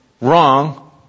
wrong